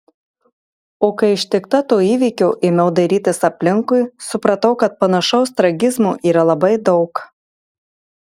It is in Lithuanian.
o kai ištikta to įvykio ėmiau dairytis aplinkui supratau kad panašaus tragizmo yra labai daug